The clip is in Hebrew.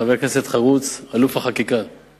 שאל את שר האוצר ביום כ"ג בתמוז